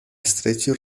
estrecho